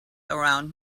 around